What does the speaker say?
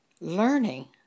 learning